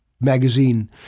magazine